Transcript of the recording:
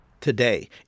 Today